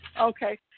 Okay